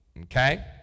Okay